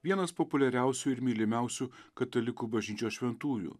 vienas populiariausių ir mylimiausių katalikų bažnyčios šventųjų